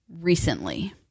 recently